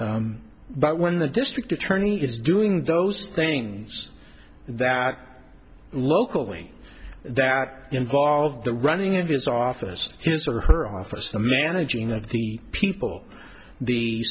we're but when the district attorney is doing those things that locally that involve the running of his office his or her office the managing of the people the